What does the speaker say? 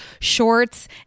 shorts